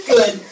Good